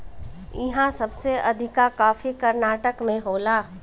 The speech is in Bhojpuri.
इहा सबसे अधिका कॉफ़ी कर्नाटक में होला